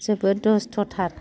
जोबोद दुस्थथार